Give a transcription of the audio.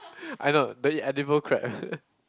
I know don't eat inedible crab